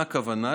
למה הכוונה?